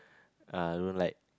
uh I don't like